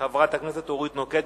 חברת הכנסת אורית נוקד.